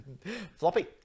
Floppy